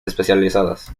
especializadas